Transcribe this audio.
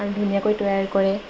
আৰু ধুনীয়াকৈ তৈয়াৰ কৰে